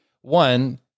one